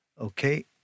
Okay